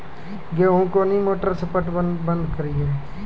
गेहूँ कोनी मोटर से पटवन बंद करिए?